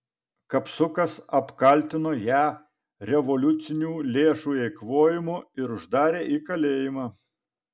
kapsukas apkaltino ją revoliucinių lėšų eikvojimu ir uždarė į kalėjimą